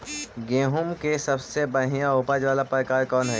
गेंहूम के सबसे बढ़िया उपज वाला प्रकार कौन हई?